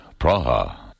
Praha